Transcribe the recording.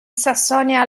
sassonia